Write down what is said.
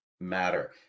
matter